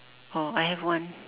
oh I have one